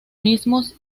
mismos